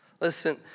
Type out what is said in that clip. Listen